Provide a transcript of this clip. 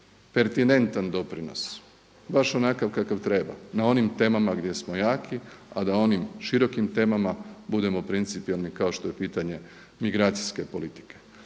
pertinentan doprinos baš onakav kakav treba na onim temama gdje smo jaki a da u onim širokim temama budemo principijelni kao što je pitanje migracijske politike.